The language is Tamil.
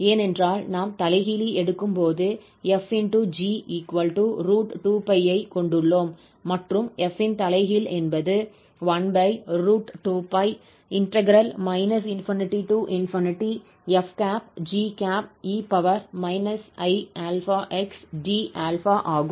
ஏனென்றால் நாம் தலைகீழி எடுக்கும் போது f ∗ 𝑔 √2𝜋 ஐ கொண்டுள்ளோம் மற்றும் 𝐹 ன் தலைகீழ் என்பது 12π ∞fge i∝xd∝ ஆகும்